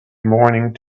morning